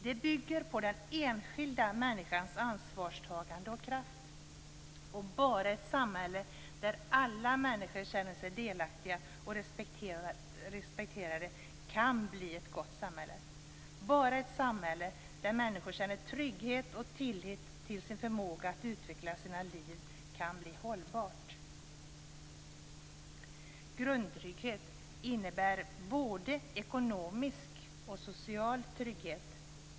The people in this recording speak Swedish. Det bygger på den enskilda människans ansvarstagande och kraft. Bara ett samhälle där alla människor känner sig delaktiga och respekterade kan bli ett gott samhälle. Bara ett samhälle där människor känner trygghet och tillit till sin förmåga att utveckla sina liv kan bli hållbart. Grundtrygghet innebär både ekonomisk och social trygghet.